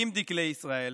עם דגלי ישראל,